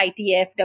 ITF